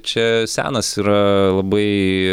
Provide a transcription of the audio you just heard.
čia senas yra labai